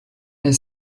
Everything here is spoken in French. elle